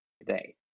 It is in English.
today